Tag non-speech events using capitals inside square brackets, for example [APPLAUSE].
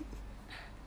[LAUGHS]